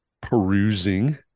perusing